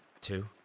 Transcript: Two